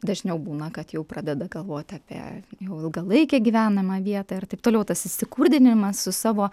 dažniau būna kad jau pradeda galvoti apie jau ilgalaikę gyvenamą vietą ir taip toliau tas įsikurdinimas su savo